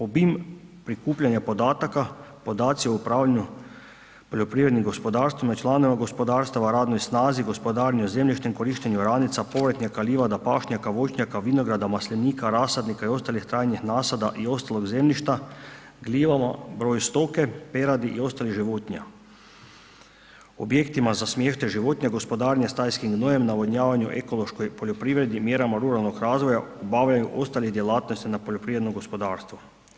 Obim prikupljanja podataka, podaci o upravljanju poljoprivrednim gospodarstvima, članovima gospodarstava, radnoj snazi, gospodarenju zemljištem, korištenja oranica, povrtnjaka, livada, pašnjaka, voćnjaka, vinograda, maslinika, rasadnika i ostalih trajnih nasada i ostalog zemljišta, ... broj stoke, peradi i ostalih životinja, objektima za smještaj životinja, gospodarenja stajskim gnojem, navodnjavaju ekološkoj poljoprivredi, mjerama ruralnog razvoja, obavljanju ostalih djelatnosti na poljoprivrednom gospodarstvu.